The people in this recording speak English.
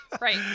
Right